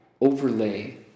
overlay